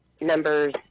numbers